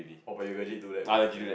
oh but you legit do that with